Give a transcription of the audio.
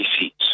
seats